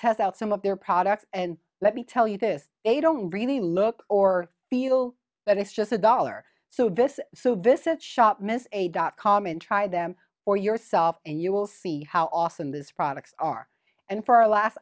test out some of their products and let me tell you this a don't really look or feel that it's just a dollar so this so this it shop missed a dot com and try them for yourself and you will see how often these products are and for